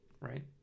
Right